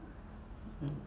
mm